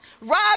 rob